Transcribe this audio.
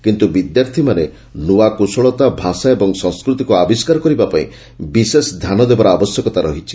କିନ୍ତୁ ବିଦ୍ୟାର୍ଥୀମାନେ ନୂଆ କୁଶଳତା ଭାଷା ଓ ସଂସ୍କୃତିକୁ ଆବିଷ୍କାର କରିବା ପାଇଁ ବିଶେଷ ଧ୍ୟାନ ଦେବାର ଆବଶ୍ୟକତା ରହିଛି